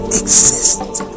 exists